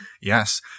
Yes